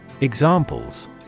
Examples